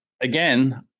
again